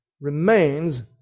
remains